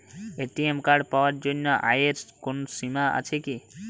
ATM card পাওয়ার জন্য আয়ের কোনো সীমা আছে কি?